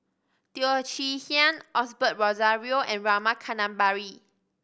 Teo Chee Hean Osbert Rozario and Rama Kannabiran